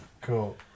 Cool